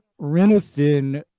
Renison